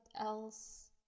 else